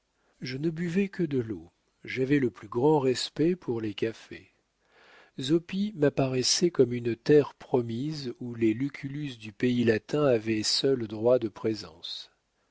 je ne buvais que de l'eau j'avais le plus grand respect pour les cafés zoppi m'apparaissait comme une terre promise où les lucullus du pays latin avaient seuls droit de présence